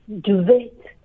Duvet